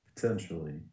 Potentially